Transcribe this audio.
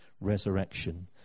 resurrection